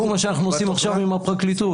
מה שאנחנו עושים עכשיו עם הפרקליטות.